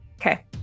Okay